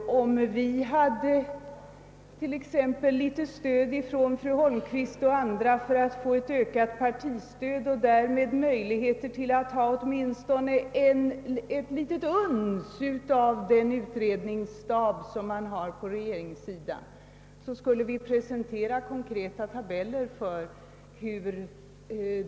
Om fru Holmqvist och andra hjälpte oss att få ett ökat partistöd så att vi fick möjlighet att ha åtminstone den minsta lilla motsvarighet till regeringssidans utredningsstab skulle vi presentera konkreta tabeller.